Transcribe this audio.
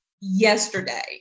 yesterday